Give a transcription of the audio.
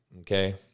okay